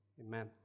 Amen